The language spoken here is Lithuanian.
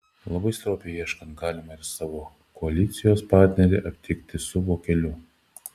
labai stropiai ieškant galima ir savo koalicijos partnerį aptikti su vokeliu